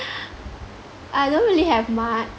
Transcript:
I don't really have much